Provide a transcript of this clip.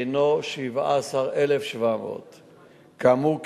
שהינו 17,700. כאמור,